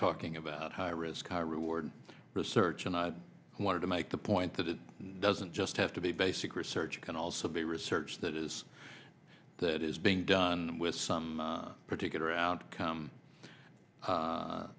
talking about high risk high reward research and i wanted to make the point that it doesn't just have to be basic research can also be research that is that is being done with some particular outcome